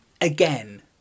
again